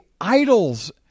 idols